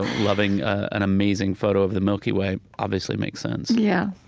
loving an amazing photo of the milky way obviously makes sense yeah.